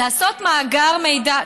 לעשות מאגר מידע,